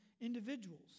individuals